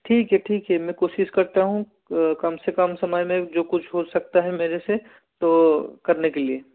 ठीक है ठीक है मैं कोशिश करता हूँ कम से कम समय में जो कुछ हो सकता है मेरे से तो करने के लिए